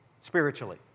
spiritually